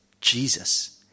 Jesus